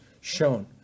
shown